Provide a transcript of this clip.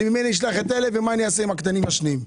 למי אני אשלח את אלה ומה אני אעשה עם הקטנים השניים?